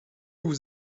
vous